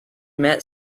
met